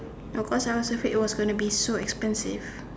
of course I want to say it was gonna be so expensive